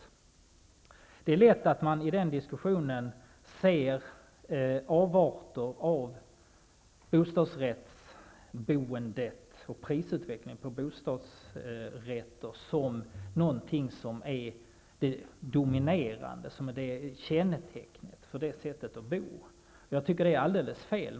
I den diskussionen är det lätt att man ser avarter av bostadsrättsboendet och prisutvecklingen på bostadsrätter som det dominerade och som kännetecknet för det sättet att bo. Det är alldeles fel.